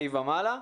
ה' ומעלה,